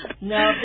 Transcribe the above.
No